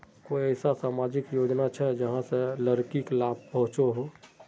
कोई ऐसा सामाजिक योजना छे जाहां से लड़किक लाभ पहुँचो हो?